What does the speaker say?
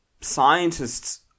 scientists